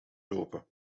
lopen